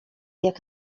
jak